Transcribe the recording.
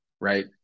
right